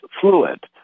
fluid